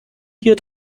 hier